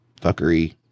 fuckery